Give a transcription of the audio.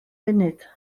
funud